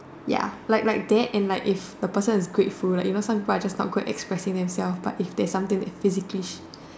ya like like that and like if the person is grateful right you know some people are just not good at expressing themselves but is there's something that is physically